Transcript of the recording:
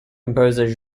composer